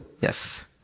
Yes